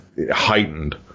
heightened